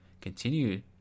continue